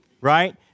right